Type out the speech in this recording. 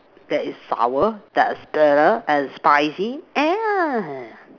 that is sour that is bitter and spicy and